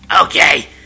Okay